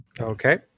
Okay